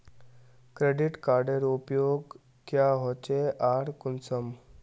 Credit कार्डेर उपयोग क्याँ होचे आर कुंसम?